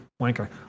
wanker